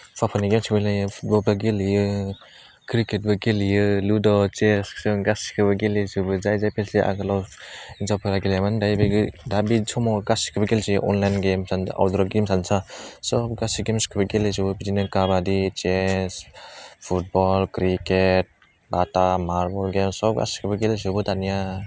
फुटबलबो गेलेयो क्रिकेटबो गेलेयो लुद' चेस जों गासिखौबो गेलेजोबो जाय जाय आगोलाव हिनजावफ्रा गेलेयामोन दायो बे दा बे समाव गेले जायो अनलाइन गेम जान एल द्रप गेम सानजा स गासै गेमखौ गेलेजोबो बिदिनो काबादि चेस फुटबल क्रिकेट बाथा मारबाल गेम सब गासिखौबो गेले जोबो दानिया